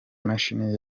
mashini